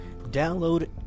download